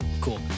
Cool